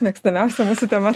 mėgstamiausia mūsų tema